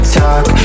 talk